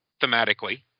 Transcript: thematically